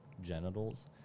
genitals